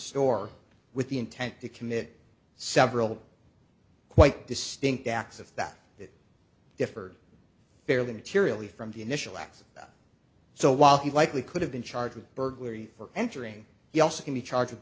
store with the intent to commit several quite distinct acts of that that differed fairly materially from the initial acts so while he likely could have been charged with burglary for entering you also can be charged with